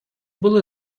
були